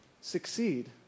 succeed